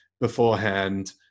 beforehand